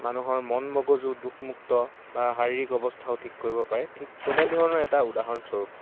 মানুহৰ মন মগজু দুখমুক্ত বা শাৰীৰিক অৱস্থাও ঠিক কৰিব পাৰে ঠিক তেনেধৰণৰ এটা উদাহৰণস্বৰূপ